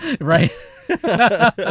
Right